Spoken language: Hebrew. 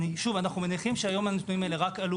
אנו מניחים שהיום הנתונים האלה רק עלו